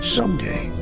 someday